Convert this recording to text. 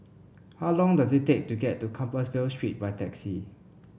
how long does it take to get to Compassvale Street by taxi